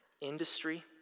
industry